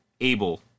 able